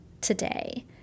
today